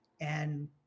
And-